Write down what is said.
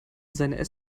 seine